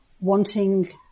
wanting